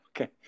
Okay